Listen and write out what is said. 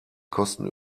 kosten